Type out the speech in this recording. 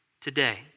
today